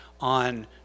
on